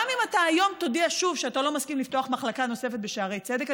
גם אם אתה היום תודיע שוב שאתה לא מסכים לפתוח מחלקה נוספת בשערי צדק,